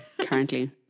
currently